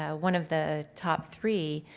ah one of the top three,